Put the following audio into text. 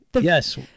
Yes